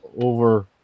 over